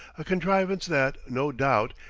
a contrivance that, no doubt,